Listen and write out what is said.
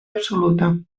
absoluta